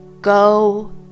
Go